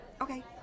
Okay